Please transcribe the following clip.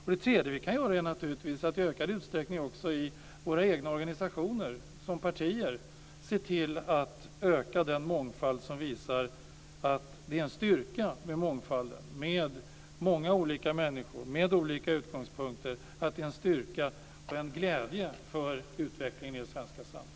För det tredje kan vi i ökad utsträckning i våra egna organisationer, våra partier, se till att öka mångfalden, visa att det är en styrka med mångfald, med många olika människor, med olika utgångspunkter, och att det är en styrka och en glädje för utvecklingen i det svenska samhället.